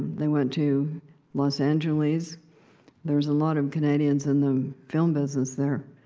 they went to los angeles there's a lot of canadians in the film business there.